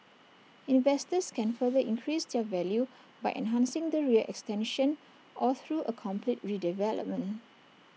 investors can further increase their value by enhancing the rear extension or through A complete redevelopment